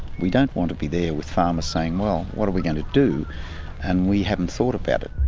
we don't want to be there with farmers saying, well, what are we going to do and we haven't thought about it.